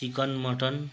chicken mutton